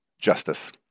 Justice